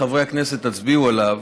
חברי הכנסת, תצביעו עליו